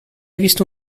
visto